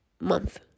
month